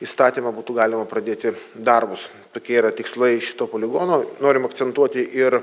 įstatymą būtų galima pradėti darbus tokie yra tikslai šito poligono norim akcentuoti ir